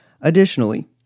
Additionally